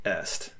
est